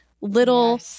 little